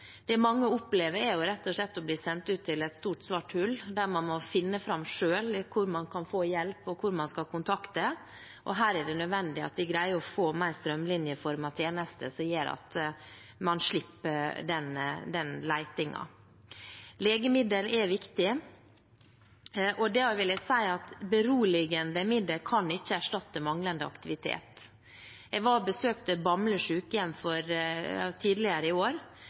Det mange opplever, er jo rett og slett å bli sendt ut til et stort, svart hull der man selv må finne fram til hvor man kan få hjelp, og hvem man skal kontakte. Her er det nødvendig at vi greier å få til mer strømlinjeformede tjenester, som gjør at man slipper denne letingen. Legemidler er viktig, men beroligende midler kan ikke erstatte manglende aktivitet. Jeg var og besøkte Bamble Sykehjem tidligere i år.